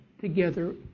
together